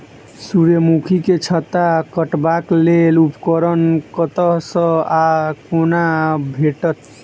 सूर्यमुखी केँ छत्ता काटबाक लेल उपकरण कतह सऽ आ कोना भेटत?